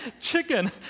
chicken